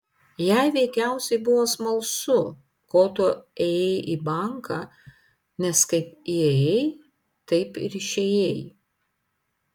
jai veikiausiai buvo smalsu ko tu ėjai į banką nes kaip įėjai taip ir išėjai